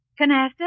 Canasta